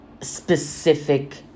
specific